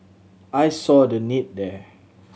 I saw the need there